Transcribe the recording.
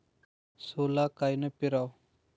सोला कायनं पेराव?